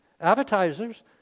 Advertisers